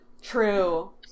True